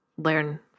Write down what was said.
Learn